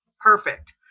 Perfect